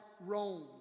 Rome